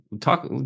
Talk